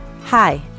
Hi